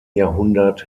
jahrhundert